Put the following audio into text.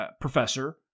Professor